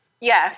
Yes